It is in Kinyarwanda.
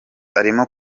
arimo